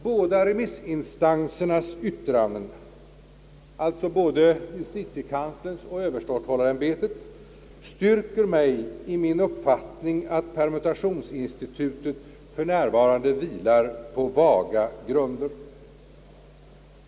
Båda remissinstansernas yttranden, justitiekanslerns och överståthållarämbetets, styrker mig i min uppfattning att permutationsinstitutet för närvarande vilar på vaga grunder.